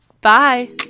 Bye